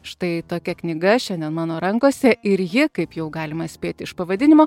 štai tokia knyga šiandien mano rankose ir ji kaip jau galima spėti iš pavadinimo